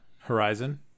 Horizon